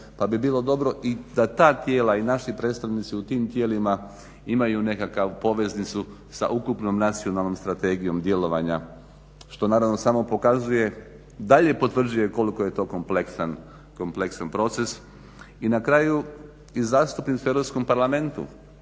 Pa bi bilo dobro da i ta tijela i naši predstavnici u tim tijelima imaju nekakav, poveznicu sa ukupnom nacionalnom strategijom djelovanja. Što naravno samo pokazuje, dalje potvrđuje koliko je to kompleksan proces. I na kraju i zastupnici u Europskom parlamentu